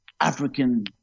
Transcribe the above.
African